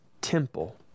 temple